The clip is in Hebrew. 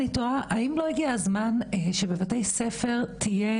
אני תוהה האם לא הגיע הזמן שבבתי הספר תהיה